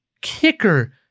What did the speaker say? kicker